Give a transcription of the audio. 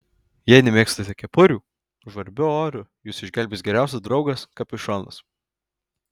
jei nemėgstate kepurių žvarbiu oru jus išgelbės geriausias draugas kapišonas